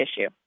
issue